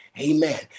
Amen